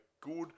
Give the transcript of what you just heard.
good